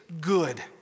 good